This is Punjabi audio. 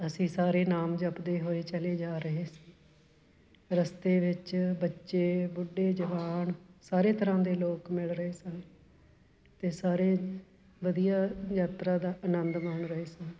ਅਸੀਂ ਸਾਰੇ ਨਾਮ ਜਪਦੇ ਹੋਏ ਚਲੇ ਜਾ ਰਹੇ ਰਸਤੇ ਵਿੱਚ ਬੱਚੇ ਬੁੱਢੇ ਜਵਾਨ ਸਾਰੇ ਤਰ੍ਹਾਂ ਦੇ ਲੋਕ ਮਿਲ ਰਹੇ ਸਨ ਅਤੇ ਸਾਰੇ ਵਧੀਆ ਯਾਤਰਾ ਦਾ ਆਨੰਦ ਮਾਣ ਰਹੇ ਸਨ